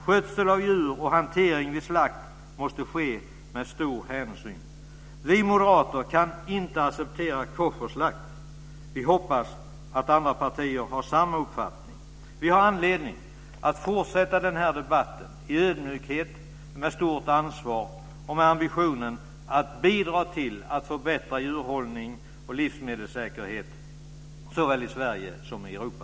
Skötsel av djur och hantering vid slakt måste ske med stor hänsyn. Vi moderater kan inte acceptera koscherslakt. Vi hoppas att andra partier har samma uppfattning. Vi har anledning att fortsätta den här debatten i ödmjukhet, med stort ansvar och med ambitionen att bidra till att förbättra djurhållning och livsmedelssäkerhet såväl i Sverige som i Europa.